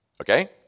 okay